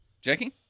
Jackie